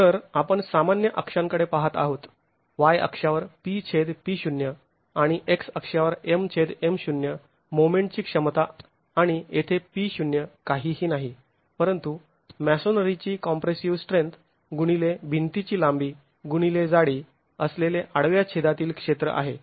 तर आपण सामान्य अक्षांकडे पाहत आहोत y अक्षावर PP0 आणि x अक्षावर MM0 मोमेंटची क्षमता आणि येथे P0 काहीही नाही परंतु मॅसोनरीची कॉम्प्रेसिव स्ट्रेंथ गुणिले भिंतीची लांबी गुणिले जाडी असलेले आडव्या छेदातील क्षेत्र आहे